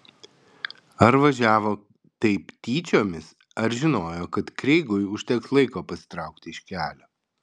ar važiavo taip tyčiomis ar žinojo kad kreigui užteks laiko pasitraukti iš kelio